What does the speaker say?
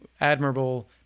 admirable